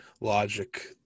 logic